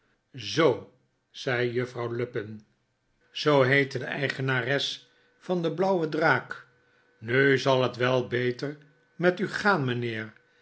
zoo zei juffrouw lupin zoo heette juffrouw lupin is zeer verbaasd de eigenares van de blauwe draak nu zal het wel beter met u gaan mijnheer